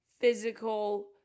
physical